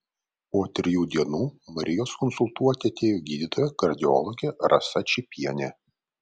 po trijų dienų marijos konsultuoti atėjo gydytoja kardiologė rasa čypienė